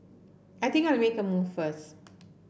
I think I'll make a move first